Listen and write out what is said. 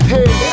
Hey